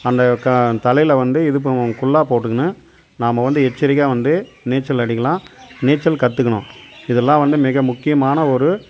அந்த க தலையில் வந்து இது பண்ணுவோம் குல்லா போட்டுக்கினு நாம்ம வந்து எச்சரிக்கையாக வந்து நீச்சல் அடிக்கலாம் நீச்சல் கற்றுக்கணும் இதெல்லாம் வந்து மிக முக்கியமான ஒரு